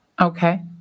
Okay